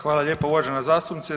Hvala lijepo uvažena zastupnice.